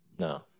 no